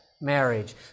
marriage